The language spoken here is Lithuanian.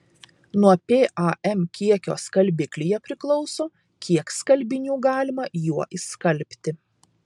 nuo pam kiekio skalbiklyje priklauso kiek skalbinių galima juo išskalbti